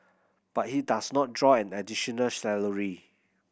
but he does not draw an additional salary